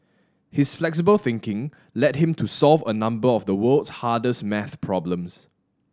his flexible thinking led him to solve a number of the world's hardest maths problems